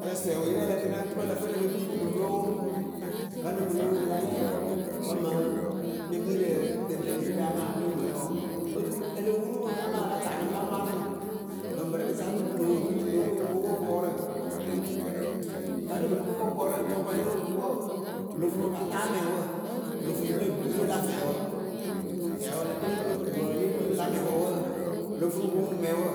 ǝ lǝ sǝ eweerɛ ǝlǝpǝ tɨnɨ oturu ǝ lǝ fɨ e le pe kpi pɨ pɨ lo wo vǝnɨŋ pɨlo wo pɨ la lɛ wǝ mɨŋ. nɨ kpi rɨ dɨŋtǝpirɨrɛŋ amaa ewiyǝ mǝrǝ wɔɔ oturu o lo wuru pɨ amaa a la taanɨ pɨ la ŋwaarɨ we bɨŋbǝ rɨ kɨsa oturu pɨ lóo ru pɨ lóo ko pɨ ko wo bɔɔrǝ. vǝnɨŋ pɨlo ko wo bɔɔrǝ cɔkɔyǝ lóo ku wɔɔ, pɨ lo furu pɨ pa ta mɛŋwǝ pɨ lo furu pɨle bwiirɨwe la fɛɛwǝ fɛɛwǝ ǝ lǝ tɨnɨpɨ lo tuwǝ e lée kpi pɨ la mɛŋwǝ wǝǝ. vǝnɨŋ pɨlo po ŋuŋ mɛŋwǝ wɔɔ